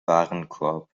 warenkorb